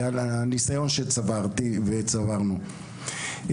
ועל הנסיון שצברתי וצברנו.